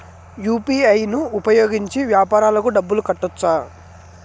UPI ను ఉపయోగించి వ్యాపారాలకు డబ్బులు కట్టొచ్చా?